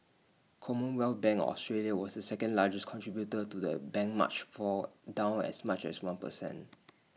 commonwealth bank of Australia was the second largest contributor to the benchmark's fall down as much as one percent